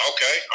Okay